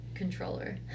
Controller